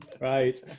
Right